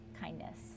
kindness